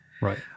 Right